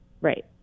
Right